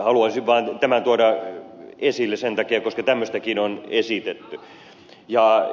haluaisin vain tämän tuoda esille sen takia että tämmöistäkin on esitetty